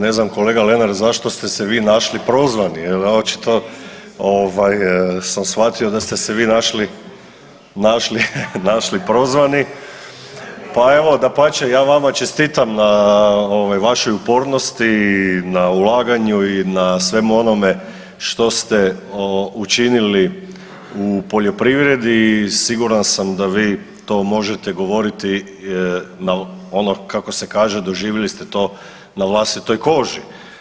Ja ne znam kolega Lenart zašto se ste vi našli prozvani jel očito sam shvatio da ste se vi našli prozvani, pa evo dapače ja vama čestitam na vašoj upornosti na ulaganju i na svemu onome što ste učinili u poljoprivredi i siguran sam da vi to možete govoriti na ono kako se kaže doživjeli ste to na vlastitoj koži.